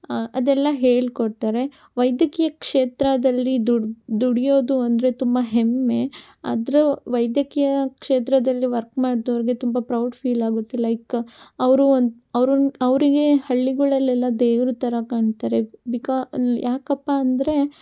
ಅದೆಲ್ಲ ಹೇಳಿಕೊಡ್ತಾರೆ ವೈದ್ಯಕೀಯ ಕ್ಷೇತ್ರದಲ್ಲಿ ದುಡಿ ದುಡಿಯೋದು ಅಂದರೆ ತುಂಬ ಹೆಮ್ಮೆ ಆದ್ರೂ ವೈದ್ಯಕೀಯ ಕ್ಷೇತ್ರದಲ್ಲಿ ವರ್ಕ್ ಮಾಡ್ದೋರಿಗೆ ತುಂಬ ಪ್ರೌಡ್ ಫೀಲ್ ಆಗುತ್ತೆ ಲೈಕ್ ಅವರೂ ಒಂದು ಅವರು ಅವರಿಗೆ ಹಳ್ಳಿಗಳಲ್ಲೆಲ್ಲ ದೇವ್ರ ಥರ ಕಾಣ್ತಾರೆ ಬಿಕಾ ಯಾಕಪ್ಪ ಅಂದರೆ